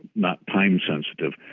not time sensitive.